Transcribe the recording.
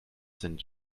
sind